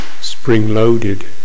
spring-loaded